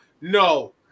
No